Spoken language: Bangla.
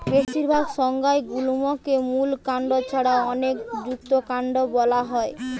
বেশিরভাগ সংজ্ঞায় গুল্মকে মূল কাণ্ড ছাড়া অনেকে যুক্তকান্ড বোলা হয়